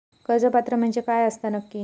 कर्ज पात्र म्हणजे काय असता नक्की?